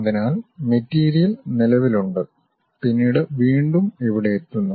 അതിനാൽ മെറ്റീരിയൽ നിലവിലുണ്ട് പിന്നീട് വീണ്ടും ഇവിടെയെത്തുന്നു